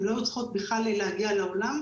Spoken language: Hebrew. הן לא היו צריכות בכלל להגיע לעולם.